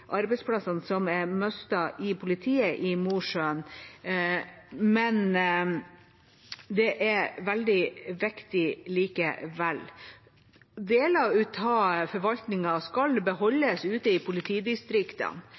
arbeidsplassene som er mistet i politiet i Mosjøen, men det er veldig viktig likevel. Deler av forvaltningen skal beholdes ute i politidistriktene.